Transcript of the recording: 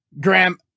Graham